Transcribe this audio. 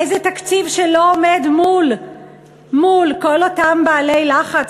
איזה תקציב שלא עומד מול כל אותם בעלי לחץ,